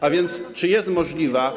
A więc czy jest możliwa.